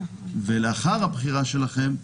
ולאחר הבחירה שלכם,